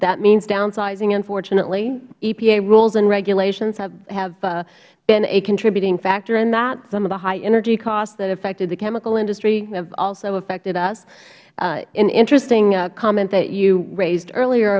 that means downsizing unfortunately epa rules and regulations have been a contributing factor in that some of the high energy costs that affected the chemical industry have also affected us an interesting comment that you raised earlier